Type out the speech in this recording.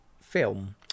film